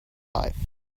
life